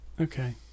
Okay